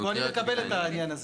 בפועל,